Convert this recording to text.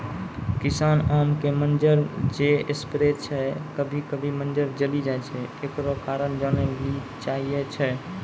किसान आम के मंजर जे स्प्रे छैय कभी कभी मंजर जली जाय छैय, एकरो कारण जाने ली चाहेय छैय?